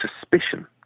Suspicion